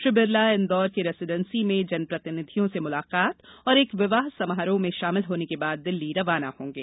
श्री बिरला इंदौर के रेसीडेंसी में जनप्रतिनिधियों से मुलाकात और एक विवाह समारोह में षामिल होने के बाद दिल्ली रवाना होंगे